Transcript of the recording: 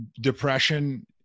depression